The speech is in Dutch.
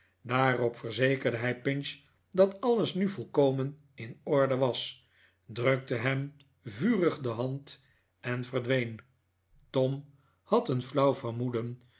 daarop verzekerde hij pinch dat alles nu volkomen in orde was drukte hem vurig de hand en verdween tom had een flauw vermoeden